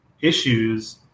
issues